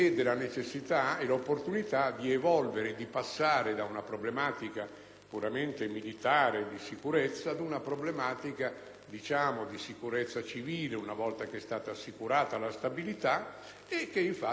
puramente militare e di sicurezza ad una problematica di sicurezza civile una volta che è stata assicurata la stabilità; a ciò si collega la partecipazione non indifferente di forze di polizia italiane.